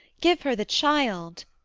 give her the child!